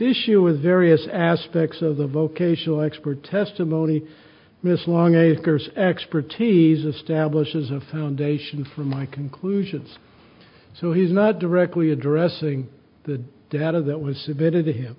issue with various aspects of the vocational expert testimony miss long a scarce expertise establishes a foundation for my conclusions so he's not directly addressing the data that was submitted to him